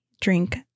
drink